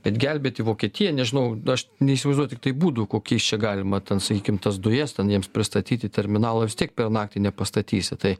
bet gelbėti vokietiją nežinau aš neįsivaizduoju tiktai būdų kokiais čia galima ten sakykim tas dujas ten jiems pristatyti terminalo vis tiek per naktį nepastatysi tai